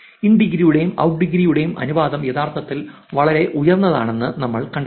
in ഡിഗ്രിയുടെയും out degree യുടെയും അനുപാതം യഥാർത്ഥത്തിൽ വളരെ ഉയർന്നതാണെന്ന് നമ്മൾ കണ്ടെത്തി